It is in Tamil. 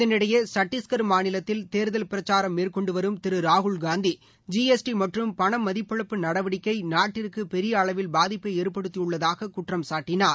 இதனிடையே சத்தீஷ்கர் மாநிலத்தில் தேர்தல் பிரச்சாரம் மேற்கொண்டுவரும் திரு ராகுல்காந்தி ஜி எஸ் டி மற்றும் பணமதிப்பிழப்பு நடவடிக்கை நாட்டிற்கு பெரிய அளவில் பாதிப்பை ஏற்படுத்தியுள்ளதாக குற்றம் சாட்டினார்